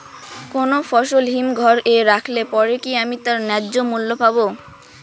কোনো ফসল হিমঘর এ রাখলে পরে কি আমি তার ন্যায্য মূল্য পাব?